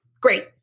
great